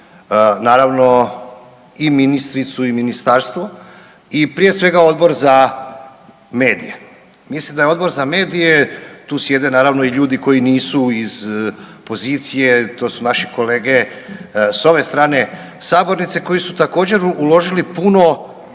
naravno i ministricu i ministarstvu i prije svega Odbor za medije. Mislim da je Odbor za medije tu sjede naravno i ljudi koji nisu iz pozicije, to su naši kolege s ove strane sabornice koji su također uložili puno